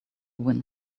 wind